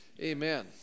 Amen